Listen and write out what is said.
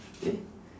eh